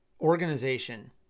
organization